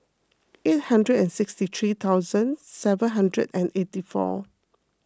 eight hundred and sixty three thousand seven hundred and eighty four